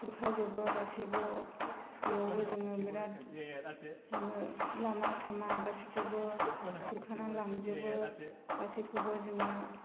खुरखाजोबो गासैबो बेयावबो जोङो बिराद जोङो लामा सामा गासैखौबो खुरखानानै लांजोबो गासिखौबो जोङो